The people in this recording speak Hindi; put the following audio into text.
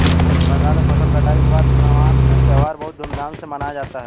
बंगाल में फसल कटाई के बाद नवान्न त्यौहार बहुत धूमधाम से मनाया जाता है